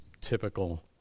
typical